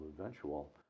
eventual